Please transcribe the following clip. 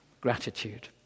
gratitude